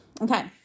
Okay